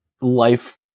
life